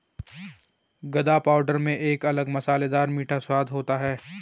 गदा पाउडर में एक अलग मसालेदार मीठा स्वाद होता है